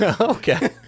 Okay